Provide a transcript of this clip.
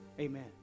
Amen